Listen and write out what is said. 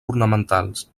ornamentals